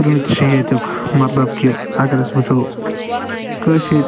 print چھُ ییٚتیُک مطلب کہِ اگر أسۍ وٕچھو کٲشِر پرنٹ چھُ ییٚتیُک مطلب کہِ اگر وٕچھو کٲشر